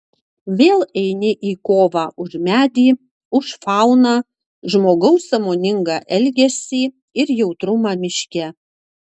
vėl eini į kovą už medį už fauną žmogaus sąmoningą elgesį ir jautrumą miške